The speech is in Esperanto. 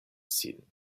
sin